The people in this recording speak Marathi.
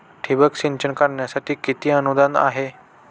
ठिबक सिंचन करण्यासाठी किती अनुदान आहे?